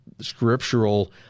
scriptural